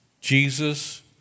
Jesus